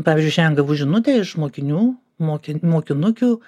pavyzdžiui šiandien gavau žinutę iš mokinių mokin mokinukių